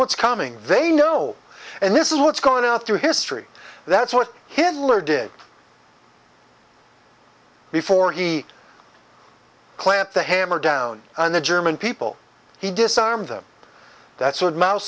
what's coming they know and this is what's going out through history that's what hitler did before he clamped the hammer down on the german people he disarmed them that's